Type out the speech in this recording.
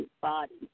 body